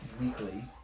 weekly